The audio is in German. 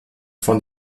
von